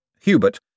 Hubert